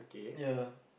ya